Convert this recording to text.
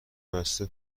بسته